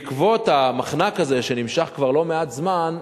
בעקבות המחנק הזה, שנמשך כבר לא מעט זמן,